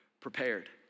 prepared